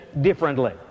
differently